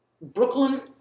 Brooklyn